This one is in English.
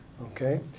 okay